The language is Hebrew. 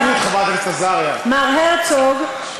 מר הרצוג,